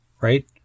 right